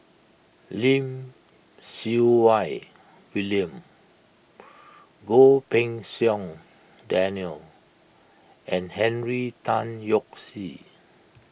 Lim Siew Wai William Goh Pei Siong Daniel and Henry Tan Yoke See